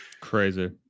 crazy